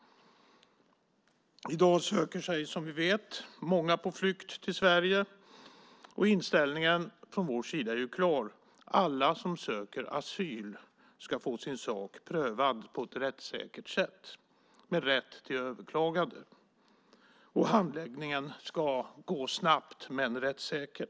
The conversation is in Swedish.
I dag söker sig som vi vet många som är på flykt till Sverige. Inställningen från vår sida är klar. Alla som söker asyl ska få sin sak prövad på ett rättssäkert sätt med rätt till överklagande, och handläggningen ska gå snabbt men rättssäkert.